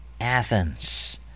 Athens